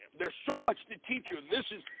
there's so much to teach you, and this is,